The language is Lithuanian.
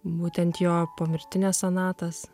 būtent jo pomirtines sonatas